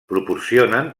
proporcionen